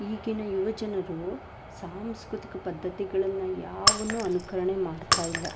ಈಗಿನ ಯುವ ಜನರು ಸಾಂಸ್ಕೃತಿಕ ಪದ್ಧತಿಗಳನ್ನು ಯಾವನ್ನು ಅನುಕರಣೆ ಮಾಡ್ತಾಯಿಲ್ಲ